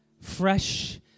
fresh